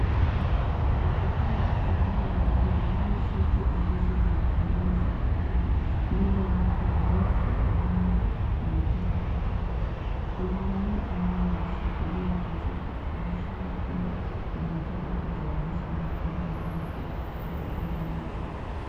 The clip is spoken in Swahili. Watu hao ambao wamevalia shati ambazo zinafanana za buluu. Mbele yao kuna miti ambayo wanataka kupanda. Kuna wale ambao wameshikilia vijiko kuonyeshana kuwa wanataka kutayarisha mahali ambapo watapanda miti.